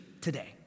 today